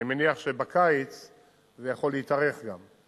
אני מניח שבקיץ זה יכול להתארך גם.